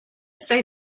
say